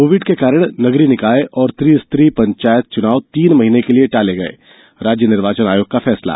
Covid के कारण नगरीय निकाय और त्रिस्तरीय पंचायत चुनाव तीन महीने के लिए टले राज्य निर्वाचन आयोग का फैसला